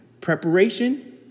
preparation